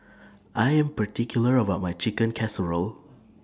I Am particular about My Chicken Casserole